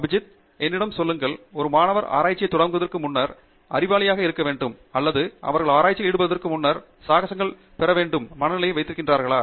அபிஜித் என்னிடம் சொல்லுங்கள் ஒரு மாணவர் ஆராய்ச்சியை தொடங்குவதற்கு முன்னர் அறிவாளிகளாக இருக்க வேண்டும் அல்லது அவர்கள் ஆராய்ச்சியில் ஈடுபடுவதற்கு முன்னர் சாகசங்களைப் பெற வேண்டும் என்ற மனநிலையை வைத்திருந்தார்களா